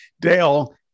Dale